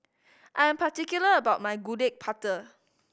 I am particular about my Gudeg Putih